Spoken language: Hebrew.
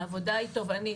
העבודה היא תובענית.